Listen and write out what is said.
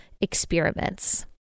experiments